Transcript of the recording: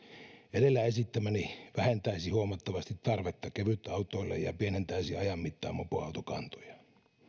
edellä esittämäni vähentäisi huomattavasti tarvetta kevytautoille ja pienentäisi ajan mittaan mopoautokantoja